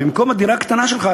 ובמקום הדירה הקטנה שלך,